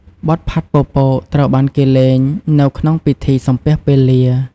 បទផាត់ពពក ត្រូវបានគេលេងនៅក្នុងពិធីសំពះពេលា។